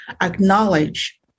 acknowledge